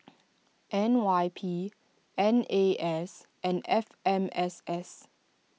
N Y P N A S and F M S S